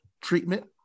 treatment